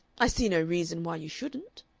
i see no reason why you shouldn't.